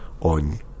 on